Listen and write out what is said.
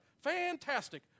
fantastic